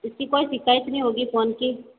इसकी कोई शिकायत नहीं होगी फोन की